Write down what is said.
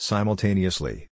Simultaneously